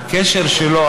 הקשר שלו,